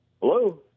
Hello